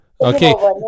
Okay